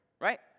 Right